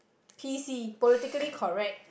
P_C politically correct